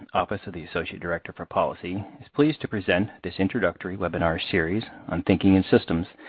office of the associate director for policy, is pleased to present this introductory webinar series on thinking in systems.